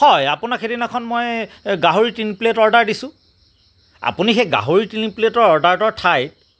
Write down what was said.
হয় আপোনাক সেইদিনাখন মই গাহৰি তিনি প্লেট অৰ্ডাৰ দিছোঁ আপুনি সেই গাহৰি তিনি প্লেটৰ অৰ্ডাৰৰ ঠাইত